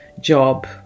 job